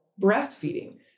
breastfeeding